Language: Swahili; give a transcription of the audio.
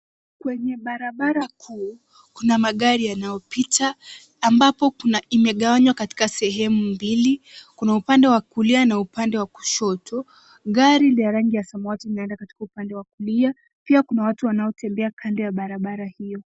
Kwenye barabara kuu, kuna magari yanayopita ambapo imegawanywa katika sehemu mbili. Kuna upande wa kulia na upande wa kushoto. Gari ni ya rangi ya samawati inaenda katika upande wa kulia, pia kuna watu wanaotembea kando ya barabara hiyo.